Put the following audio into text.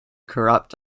corrupt